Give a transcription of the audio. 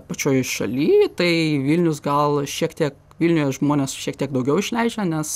pačioj šaly tai vilnius gal šiek tiek vilniuje žmonės šiek tiek daugiau išleidžia nes